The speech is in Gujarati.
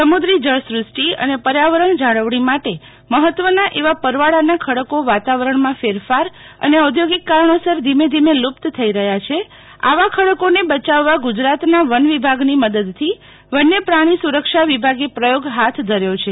સમુદ્રિ જળ સૃષ્ટિ અને પર્યાવરણ જાળવણી માટે મહત્વના એવા પરવાળાનાં ખડકી વાતાવરણમાં ફેરફાર અને ઓદ્યોગિક કારણોસર ધીમે ધીમે લુપ્ત થઈ રહ્યા છે આવા ખડકોને બચાવવા ગુજરાતનાં વનવિભાગની મદદથી વન્ય પ્રાણી સુરક્ષા વિભાગે પ્રયોગ ફાથ ધર્યો છે